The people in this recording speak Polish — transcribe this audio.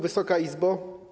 Wysoka Izbo!